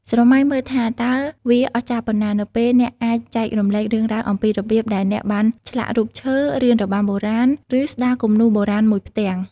ស្រមៃមើលថាតើវាអស្ចារ្យប៉ុណ្ណា នៅពេលអ្នកអាចចែករំលែករឿងរ៉ាវអំពីរបៀបដែលអ្នកបានឆ្លាក់រូបឈើ រៀនរបាំបុរាណ ឬស្ដារគំនូរបុរាណមួយផ្ទាំង។